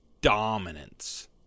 dominance